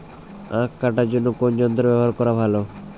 আঁখ কাটার জন্য কোন যন্ত্র ব্যাবহার করা ভালো?